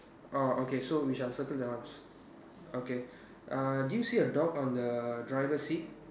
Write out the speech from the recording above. orh okay so we shall circle that one s~ okay uh do you see a dog on the driver seat